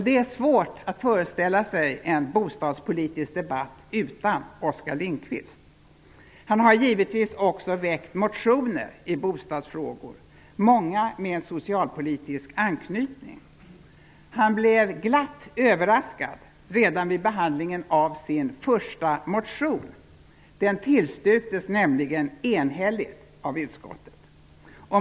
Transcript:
Det är svårt att föreställa sig en bostadspolitisk debatt utan Oskar Lindkvist. Han har givetvis också väckt motioner i bostadsfrågor, många med en socialpolitisk anknytning. Han blev glatt överraskad redan vid behandlingen av sin första motion, den tillstyrktes nämligen enhälligt av utskottet.